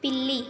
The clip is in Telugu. పిల్లి